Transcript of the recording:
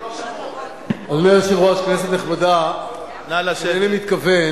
אדוני היושב-ראש, כנסת נכבדה, אינני מתכוון